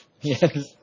Yes